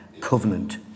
covenant